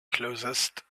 closest